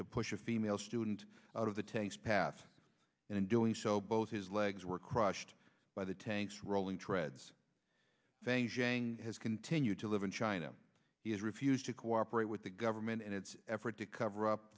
to push a female student out of the tanks path and in doing so both his legs were crushed by the tanks rolling treads things has continued to live in china he has refused to cooperate with the government and its efforts to cover up